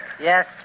Yes